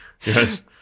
Yes